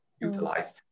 utilize